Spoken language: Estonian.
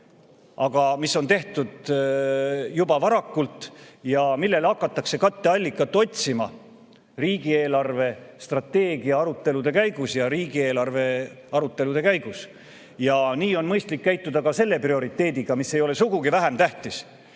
aga mis on tehtud juba varakult ja millele hakatakse katteallikat otsima riigi eelarvestrateegia arutelude käigus ja riigieelarve arutelude käigus. Nii on mõistlik käituda ka selle prioriteediga, mis ei ole sugugi vähem tähtis.